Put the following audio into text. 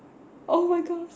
oh my gosh